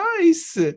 nice